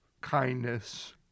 kindness